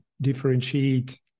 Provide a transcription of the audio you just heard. differentiate